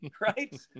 right